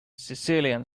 sicilian